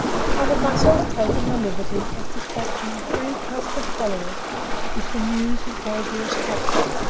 i have myself taken the liberty of despatching three trusted followers with the news of gabriel's capture.